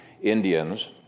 Indians